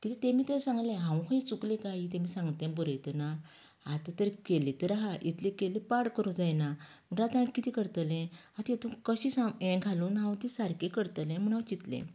ती तेणे थंय सांगले हांव खंय चुकलें काय तेमी सांगता तें बरयतना आता तर केली तर हां इतली केली पाड करूं जायना जाल्यार कितें करतले आता हेतूंत कशें हे घालून हांव सारकी करतलें म्हणून चिंतले